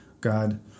God